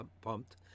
pumped